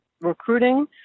recruiting